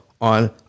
on